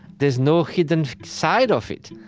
there's no hidden side of it.